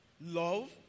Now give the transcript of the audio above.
Love